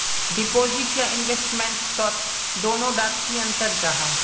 Deposit या investment तोत दोनों डात की अंतर जाहा?